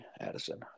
Addison